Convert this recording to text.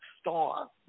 star